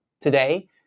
today